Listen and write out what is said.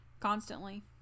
Constantly